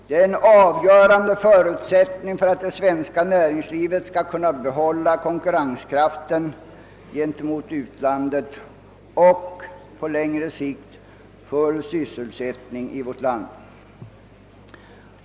Det är en avgörande förutsättning för att vi skall kunna bibehålla det svenska näringslivets konkurrenskraft gentemot utlandet och på längre sikt upprätthålla full sysselsättning i vårt land.